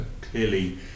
clearly